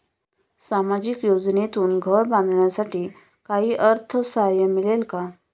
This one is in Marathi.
सामाजिक योजनेतून घर बांधण्यासाठी काही अर्थसहाय्य मिळेल का?